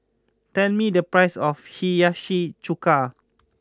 tell me the price of Hiyashi Chuka